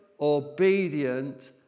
obedient